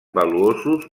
valuosos